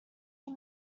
you